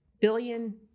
billion